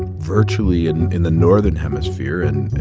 virtually and in the northern hemisphere and